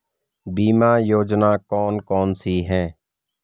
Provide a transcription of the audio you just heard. बीमा योजना कौन कौनसी हैं?